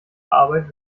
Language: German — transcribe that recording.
arbeit